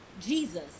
Jesus